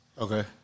Okay